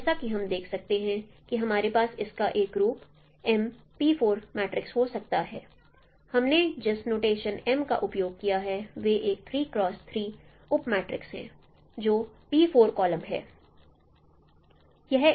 जैसा कि हम देख सकते हैं कि हमारे पास इनका एक रूप हो सकता है हमने जिस नोटेशन M का उपयोग किया है वे एक उप मैट्रिक्स है जो कॉलम वेक्टर है